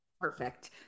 Perfect